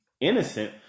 innocent